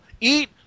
Eat